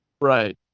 Right